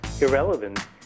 irrelevant